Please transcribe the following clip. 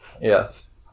Yes